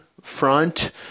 front